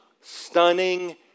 stunning